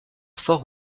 fort